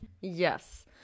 Yes